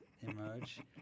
emerge